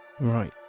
Right